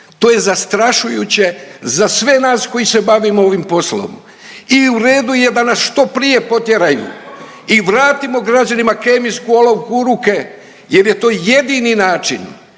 To je zastrašujuće za sve nas koji se bavimo ovim poslom i u redu je da nas što prije potjeraju i vratimo građanima kemijsku olovku u ruke jer je to jedini način,